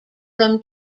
from